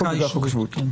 בגלל חוק השבות.